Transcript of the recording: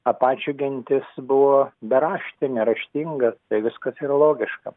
apačių gentis buvo beraštė neraštinga tai viskas yra logiška